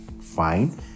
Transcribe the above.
fine